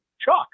Chuck